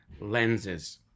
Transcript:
lenses